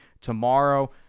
tomorrow